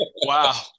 Wow